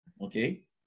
Okay